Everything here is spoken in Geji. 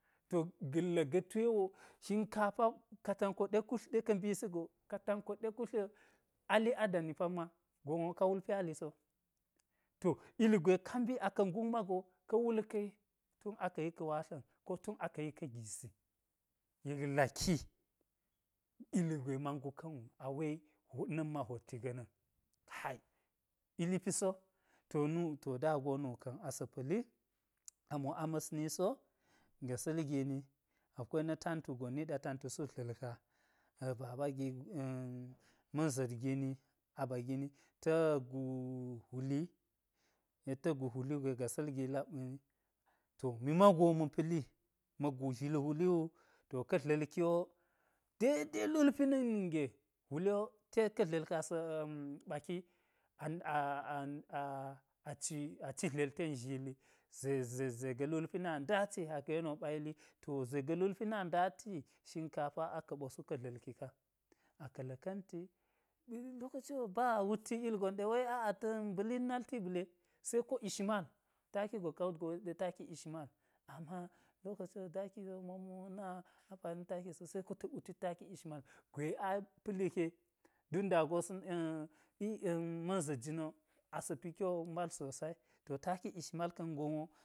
To ga̱lla ga toe wo shinkafa katanko ɗe kult ɗe ka̱ mbisi go, katanko ɗe kutli wo ali adani pamma, gonwo ka wul pyali so, to ilgwe ka mbi a ka̱ nguk mago ka̱ wul ka wi tun aka̱ yi ka̱, watla̱n ko tun aka̱ yi ka̱ gisi, yek laki ilgwe nna nguka̱n wu, a we na̱mma hwotti ga̱na̱n, kai, ili piso to dago nuka̱n asa̱ pa̱li, amo a ma̱sni so, gasa̱l gini akwai na̱ tantu gon niɗa tantu sut dla̱lka a baba gi-a̱ ma̱n za̱t gini aba gini ta̱-gu hwuli yek ta̱ gu hwuli wugo yek gasa̱l gi -lak-a̱ mi mago ma̱ pa̱li, ma̱ gu zhil hwuli wu to ka̱ dla̱lki wo dede hilpi na̱k nige hwuli te ka̱ ka̱ tlel ka̱n asa̱ a̱ ɓaki a a̱ a ci tlel ten zhili ze-ze-ze ga̱ hulpi na dati aka̱ yeni wo ɓa yili to ze ga̱ hilpi na dati shinkafa aka̱ ɓo su ka̱ dla̱lki ka̱, akə la̱ka̱nti lokoci ba wutti ilgon ɗe aa we ta mba̱ lit nalti ba̱le seko ish mal taki gwe kaa wut go yek ɗe taki ish mal, ama lokoci wo mo ma̱na ampani na̱ taki se ko tak wutit taki ish mal gwe a pa̱l yeke don da go-ahm, ma̱n za̱t jina̱n wo asa̱ pi kyo mal sosai to taki ish-malka̱n gon wo